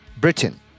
Britain